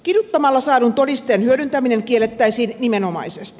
kiduttamalla saadun todisteen hyödyntäminen kiellettäisiin nimenomaisesti